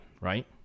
right